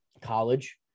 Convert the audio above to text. college